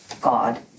God